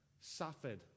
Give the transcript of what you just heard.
suffered